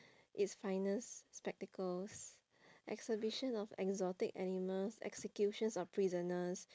it's finest spectacles exhibition of exotic animals executions of prisoners